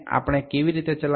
আমরা কীভাবে এটি পরিচালনা করব